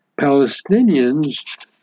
Palestinians